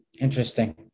Interesting